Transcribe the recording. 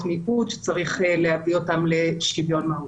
מיעוט שצריך לקדם אותן לקראת שוויון מהותי.